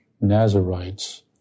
Nazarites